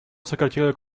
сократили